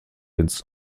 ins